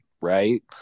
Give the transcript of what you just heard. right